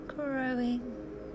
Growing